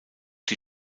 die